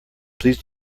please